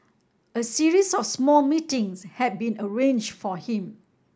a series of small meetings had been arrange for him